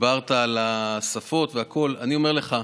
דיברת על השפות והכול, אני אומר לך: